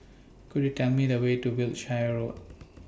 Could YOU Tell Me The Way to Wiltshire Road